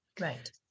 right